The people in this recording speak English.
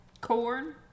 Corn